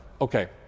Okay